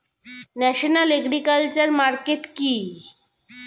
National agriculture market কি?